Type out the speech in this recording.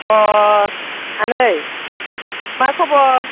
अह आनै मा खबर